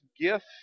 gift